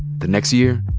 the next year,